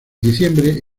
diciembre